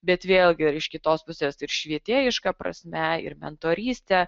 bet vėlgi ir iš kitos pusės ir švietėjiška prasme ir mentoryste